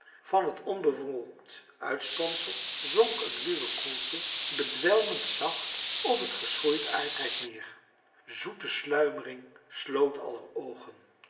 van het onbewolkt uitspansel zonk een luwe koelte bedwelmend zacht op het geschroeid aardrijk neer zoete sluimering sloot aller oogen